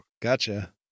Gotcha